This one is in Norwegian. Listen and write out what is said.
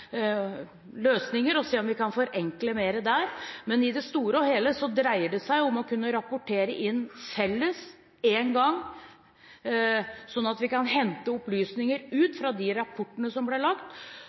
se om vi kan forenkle mer der. Men i det store og hele dreier det som å kunne rapportere inn felles én gang, sånn at vi kan hente opplysninger ut